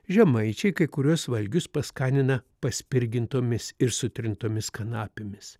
žemaičiai kai kuriuos valgius paskanina paspirgintomis ir sutrintomis kanapėmis